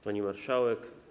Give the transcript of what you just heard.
Pani Marszałek!